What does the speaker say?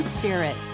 spirit